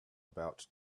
about